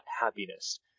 happiness